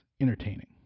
entertaining